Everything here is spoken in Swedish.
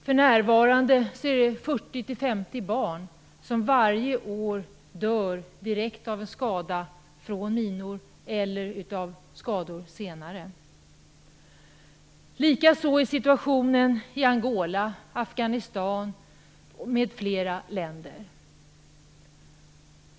För närvarande är det 40-50 barn som varje år dör direkt eller senare av skador från minor. Likadan är situationen i Angola, Afghanistan och andra länder.